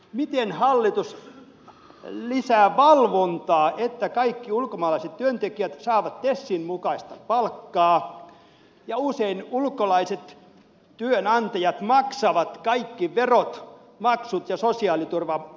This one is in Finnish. miten hallitus lisää valvontaa niin että kaikki ulkomaalaiset työntekijät saavat tesin mukaista palkkaa ja että usein ulkolaiset työnantajat maksavat kaikki verot maksut ja sosiaaliturvakulut